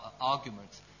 arguments